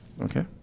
okay